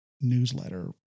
newsletter